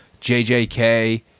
JJK